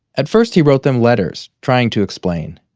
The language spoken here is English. at first, he wrote them letters, trying to explain.